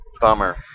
bummer